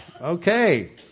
Okay